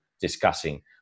discussing